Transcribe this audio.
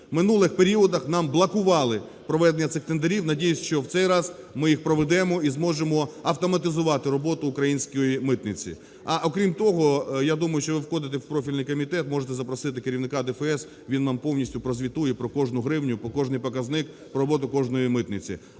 минулих періодах нам блокували проведення цих тендерів, сподіваюсь, що в цей раз ми їх проведемо і зможемо автоматизувати роботу української митниці. А, окрім того, я думаю, що ви входите в профільний комітет, можете запросити керівника ДФС, він вам постійно про кожну гривню, про кожний показник, про роботу кожної митниці.